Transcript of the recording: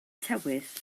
tywydd